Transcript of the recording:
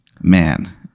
man